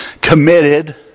committed